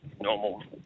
normal